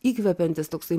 įkvepiantis toksai